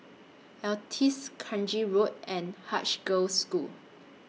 Altez Kranji Road and Haig Girls' School